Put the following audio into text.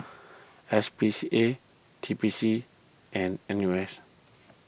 S P C A T P C and N U S